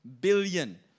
Billion